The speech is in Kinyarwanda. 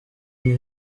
imwe